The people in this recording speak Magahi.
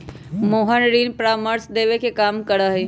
मोहन ऋण परामर्श देवे के काम करा हई